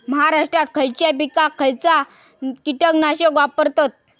महाराष्ट्रात खयच्या पिकाक खयचा कीटकनाशक वापरतत?